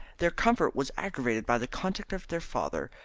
their discomfort was aggravated by the conduct of their father,